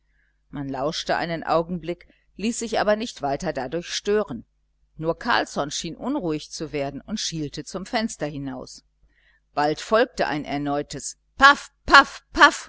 man lauschte einen augenblick ließ sich aber nicht weiter dadurch stören nur carlsson schien unruhig zu werden und schielte zum fenster hinaus bald folgte ein erneutes paff